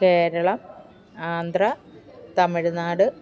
Keralam Andhra Tamil Nadu